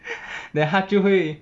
then 她就会